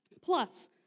Plus